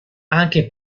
anche